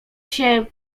się